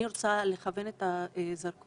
אני רוצה לכוון את הזרקור